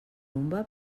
rumba